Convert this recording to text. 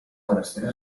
monestirs